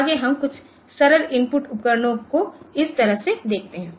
आगे हम कुछ सरल इनपुट उपकरणों को इस तरह से देखते हैं